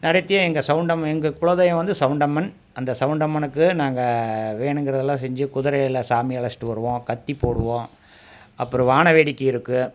நடத்தி எங்கள் சவுண்டமன் எங்கள் குலதெய்வம் வந்து சவுண்டமன் அந்த சவுண்டம்மனுக்கு நாங்கள் வேணுங்கிறதெல்லாம் செஞ்சு குதிரையில் சாமி அழைச்சிட்டு வருவோம் கத்தி போடுவோம் அப்புறோம் வானவேடிக்கை இருக்கும்